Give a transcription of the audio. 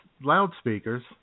loudspeakers